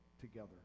together